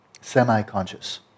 semi-conscious